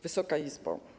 Wysoka Izbo!